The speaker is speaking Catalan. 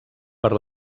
per